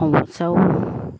সমস্যাও